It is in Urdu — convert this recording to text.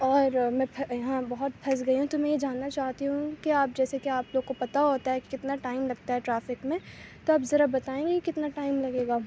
اور میں پھنس یہاں بہت پھنس گئی ہوں تو میں یہ جاننا چاہتی ہوں کہ آپ جیسے کہ آپ لوگوں کو پتہ ہوتا ہے کہ کتنا ٹائم لگتا ہے ٹرافک میں تو آپ ذرا بتائیں گے کہ کتنا ٹائم لگے گا